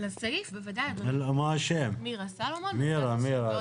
כ מירה סלומון, מרכז השלטון